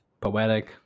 poetic